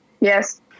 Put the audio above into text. Yes